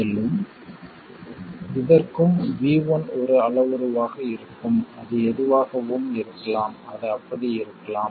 மேலும் இதற்கும் V1 ஒரு அளவுருவாக இருக்கும் அது எதுவாகவும் இருக்கலாம் அது அப்படி இருக்கலாம்